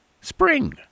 Spring